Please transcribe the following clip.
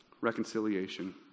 reconciliation